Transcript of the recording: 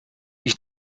ich